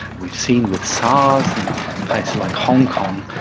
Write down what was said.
we've seen with sars in places like hong kong,